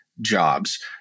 jobs